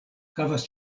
havas